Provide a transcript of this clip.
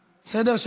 בסדר,